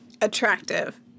attractive